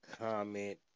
comment